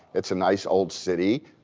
it's a nice old city,